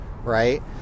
Right